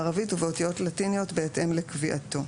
בערבית ובאותיות לטיניות בהתאם לקביעתו."